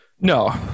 No